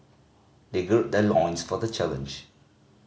they gird their loins for the challenge